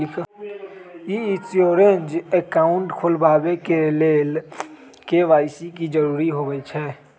ई insurance account खोलबाबे के लेल के.वाई.सी के जरूरी होइ छै